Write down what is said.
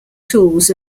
tools